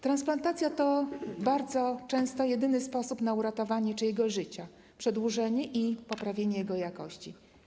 Transplantacja to bardzo często jedyny sposób na uratowanie czyjegoś życia, przedłużenie i poprawienie jego jakości.